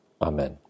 Amen